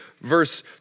verse